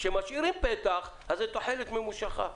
כשמשאירים פתח, אז זו תוחלת ממושכה.